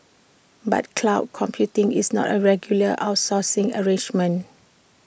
but cloud computing is not A regular outsourcing arrangement